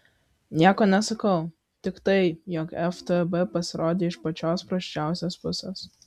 nieko nesakau tik tai jog ftb pasirodė iš pačios prasčiausios pusės